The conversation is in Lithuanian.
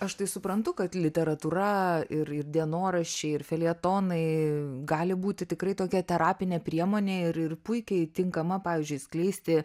aš tai suprantu kad literatūra ir ir dienoraščiai ir feljetonai gali būti tikrai tokia terapinė priemonė ir ir puikiai tinkama pavyzdžiui skleisti